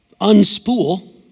unspool